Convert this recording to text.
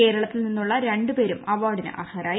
കേരളത്തിൽ നിന്നുള്ള രണ്ട് പേരും അവാർഡിന് അർഹരായി